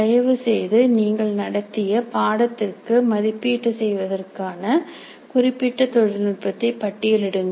தயவுசெய்து நீங்கள் நடத்திய பாடத்திற்கு மதிப்பீடு செய்வதற்கான குறிப்பிட்ட தொழில்நுட்பத்தை பட்டியலிடுங்கள்